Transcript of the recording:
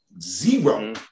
zero